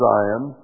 Zion